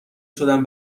شدم